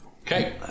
Okay